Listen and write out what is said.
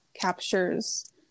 captures